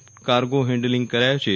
T cargo handle કરાયો છે